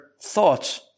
thoughts